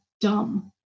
dumb